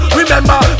remember